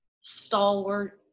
stalwart